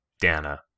Dana